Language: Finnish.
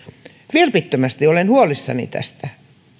vilpittömästi olen huolissani tästä